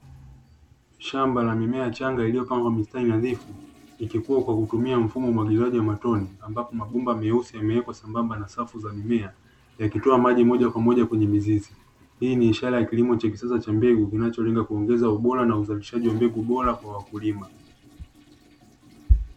Shamba la mimea changa iliyopangwa kwa mistari nadhifu, ikikua kwa kutumia mfumo wa umwagiliaji wa mtone. Ambapo mabomba meusi yamemewekwa sambamba na safu za mimea, yakitoa maji moja kwa moja kwenye mizizi. Hii ni ishara ya kilimo cha kisasa cha mbegu kinacholenga kuongeza ubora na uzalishaji wa mbegu bora kwa wakulima.